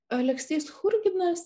aleksys churginas